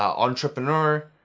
entrepreneur,